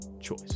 choice